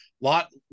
lot